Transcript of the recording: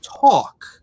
talk